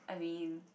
I mean